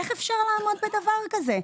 איך אפשר לעמוד בדבר כזה?